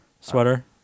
Sweater